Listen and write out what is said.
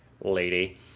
lady